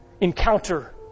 encounter